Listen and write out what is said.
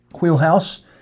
wheelhouse